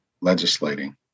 legislating